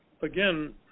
again